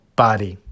body